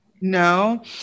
no